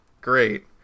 great